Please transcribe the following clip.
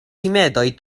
rimedoj